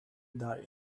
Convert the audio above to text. die